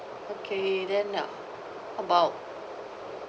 okay then about